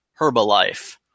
Herbalife